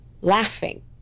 laughing